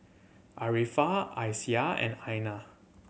Arifa Aisyah and Aina